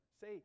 Say